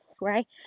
right